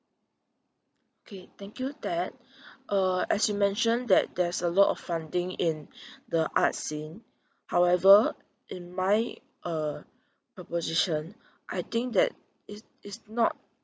okay thank you that uh as you mention that there's a lot of funding in the arts scene however in my uh proposition I think that it is not